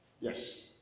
Yes